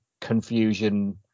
confusion